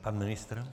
Pan ministr?